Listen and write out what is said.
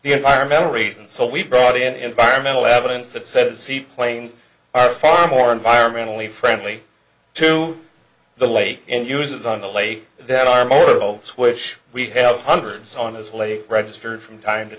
the environmental region so we brought the end by mental evidence that says see planes are far more environmentally friendly to the lake and uses on the lake that are more votes which we have hundreds on as lake registered from time to